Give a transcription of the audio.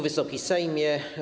Wysoki Sejmie!